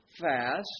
fast